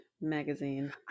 magazine